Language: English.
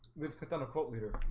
let's cut out a cult leader